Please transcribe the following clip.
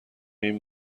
این